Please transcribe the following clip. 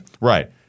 Right